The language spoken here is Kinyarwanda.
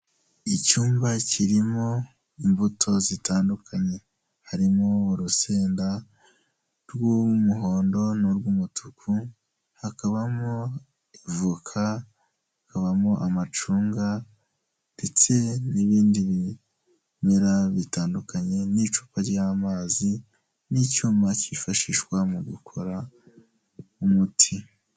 Icyumba kirimo imbuto zitandukanye harimo urusenda rw'umuhondo n'urw'umutuku, hakabamo voka, hakabamo amacunga ndetse n'ibindi bimera bitandukanye n'icupa ry'amazi n'icyuma cyifashishwa mu gukora umuti.